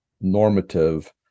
normative